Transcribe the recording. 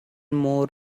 more